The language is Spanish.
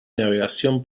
navegación